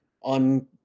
on